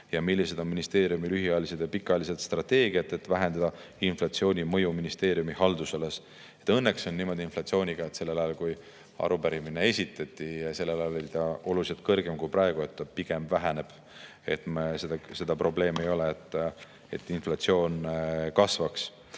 ja "Millised on ministeeriumi lühiajalised ja pikaajalised strateegiad, et vähendada inflatsiooni mõju ministeeriumi haldusalas?". Õnneks on inflatsiooniga niimoodi, et sellel ajal, kui arupärimine esitati, oli see veel oluliselt kõrgem kui praegu. See pigem väheneb, seda probleemi ei ole, et inflatsioon kasvaks.